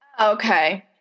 Okay